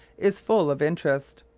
is full of interest.